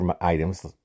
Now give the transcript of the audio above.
items